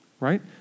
right